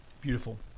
Beautiful